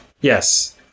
Yes